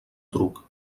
truc